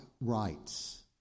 rights